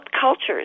cultures